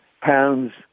pounds